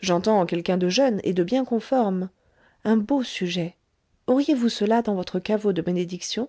j'entends quelqu'un de jeune et de bien conformé un beau sujet auriez-vous cela dans votre caveau de bénédiction